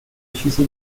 decise